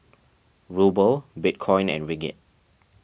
Ruble Bitcoin and Ringgit